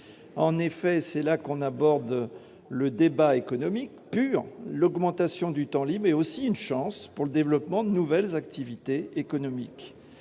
En effet- on en vient au pur débat économique -, l'augmentation du temps libre est aussi une chance pour le développement de nouvelles activités économiques.